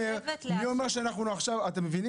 מי שימשיך לקבוע את מחיר החלב זה מועצת החלב ולכן